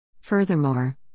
Furthermore